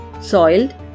soiled